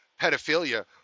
pedophilia